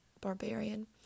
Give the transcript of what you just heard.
barbarian